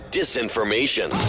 disinformation